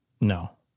No